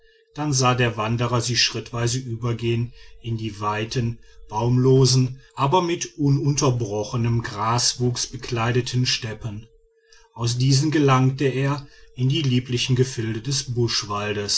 dann sah der wanderer sie schrittweise übergehen in die weiten baumlosen aber mit ununterbrochenem graswuchs bekleideten steppen aus diesen gelangte er in die lieblichen gefilde des